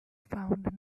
found